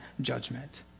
judgment